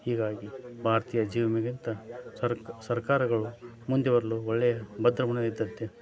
ಹೀಗಾಗಿ ಭಾರತೀಯ ಜೀವ ವಿಮೆಗಿಂತ ಸರ್ಕ ಸರ್ಕಾರಗಳು ಮುಂದೆ ಬರಲು ಒಳ್ಳೆಯ ಭದ್ರಬುನಾದಿ ತರ್ತೆ